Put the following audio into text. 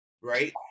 right